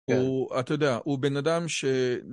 הוא... אתה יודע, הוא בן אדם ש...